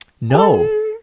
No